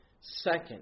second